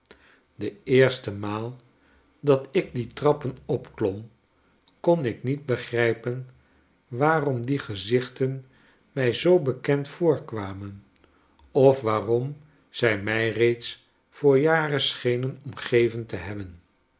de eerste maal dat ik die trappen opklom kon ik niet begrijpen waarom die gezichten mij zoo bekend voorkwamen of waarom zij mij reeds voor jaren schenen omgeven te hebben